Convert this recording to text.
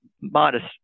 modest